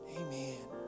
amen